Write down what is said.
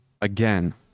again